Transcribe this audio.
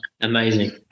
amazing